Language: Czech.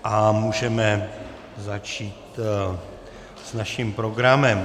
A můžeme začít s naším programem.